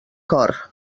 cor